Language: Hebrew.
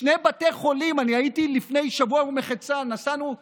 שני בתי חולים, ולפני שבוע ומחצה נסענו לצפון,